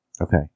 Okay